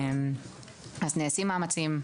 נעשים מאמצים,